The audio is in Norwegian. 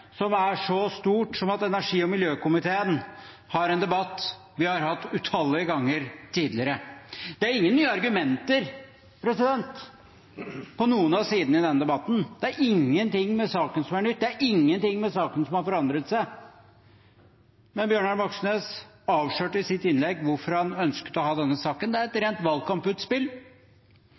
som er så stort som at energi- og miljøkomiteen har en debatt vi har hatt utallige ganger tidligere. Det er ingen nye argumenter på noen av sidene i denne debatten. Det er ingenting ved saken som er nytt, det er ingenting ved saken som har forandret seg. Men Bjørnar Moxnes avslørte i sitt innlegg hvorfor han ønsket å ha denne saken. Det er et rent valgkamputspill.